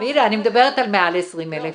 אני מדברת על 120 אלף.